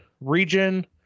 region